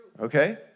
Okay